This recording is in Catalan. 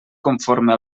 conforme